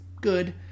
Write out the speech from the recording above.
good